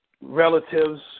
relatives